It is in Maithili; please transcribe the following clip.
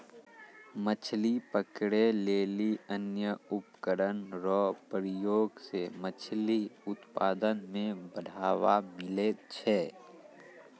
मछली पकड़ै लेली अन्य उपकरण रो प्रयोग से मछली उत्पादन मे बढ़ावा मिलै छै